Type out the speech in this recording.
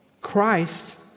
Christ